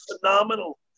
phenomenal